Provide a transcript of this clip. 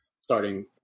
starting